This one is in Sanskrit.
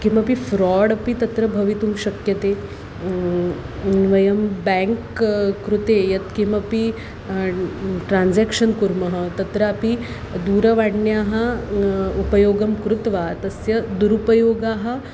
किमपि फ़्रोड् अपि तत्र भवितुं शक्यते वयं बेङ्क् कृते यत्किमपि ट्रान्ज़ाक्षन् कुर्मः तत्रापि दूरवाण्याः उपयोगं कृत्वा तस्य दुरुपयोगाः